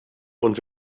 und